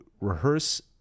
rehearse